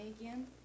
again